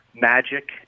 magic